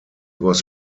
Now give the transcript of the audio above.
was